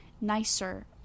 nicer